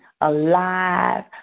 alive